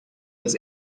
das